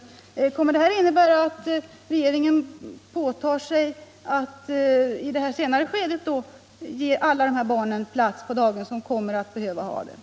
Innebär det beskedet att regeringen påtar sig att i detta senare skede ge de barn som behöver det plats på daghem?